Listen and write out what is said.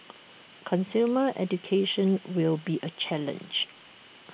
consumer education will be A challenge